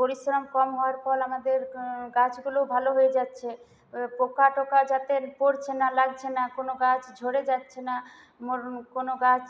পরিশ্রম কম হওয়ার ফল আমাদের গাছগুলো ভালো হয়ে যাচ্ছে পোকা টোকা যাতে পড়ছে না লাগছে না কোনও গাছ ঝরে যাচ্ছে না কোনও গাছ